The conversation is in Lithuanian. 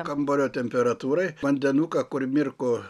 kambario temperatūroj vandenuką kur mirko